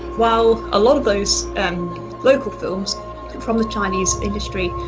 while a lot of those and local films from the chinese industry,